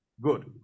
Good